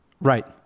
Right